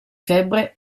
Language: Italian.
febbre